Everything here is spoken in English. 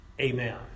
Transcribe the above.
Amen